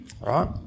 right